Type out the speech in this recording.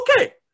okay